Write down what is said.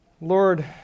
Lord